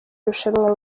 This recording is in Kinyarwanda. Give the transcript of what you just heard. irushanwa